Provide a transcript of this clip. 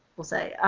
we'll say.